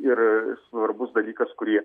ir svarbus dalykas kurį